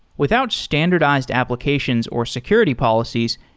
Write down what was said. without standardized applications or security policies,